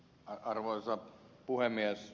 arvoisa puhemies